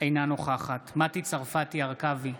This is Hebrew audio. אינה נוכחת מטי צרפתי הרכבי,